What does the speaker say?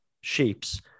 shapes